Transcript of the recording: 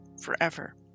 forever